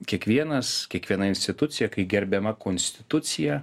kiekvienas kiekviena institucija kai gerbiama konstitucija